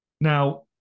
Now